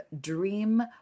Dream